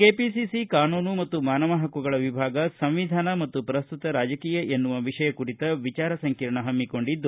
KPCC ಕಾನೂನು ಮತ್ತು ಮಾನವ ಹಕ್ಕುಗಳ ವಿಭಾಗ ಸಂವಿಧಾನ ಮತ್ತು ಪ್ರಸ್ತುತ ರಾಜಕೀಯ ಎನ್ನುವ ವಿಷಯ ಕುರಿತ ವಿಚಾರ ಸಂಕಿರಣ ಹಮ್ಮಿಕೊಂಡಿದೆ